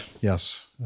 Yes